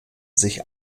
sich